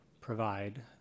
provide